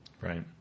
Right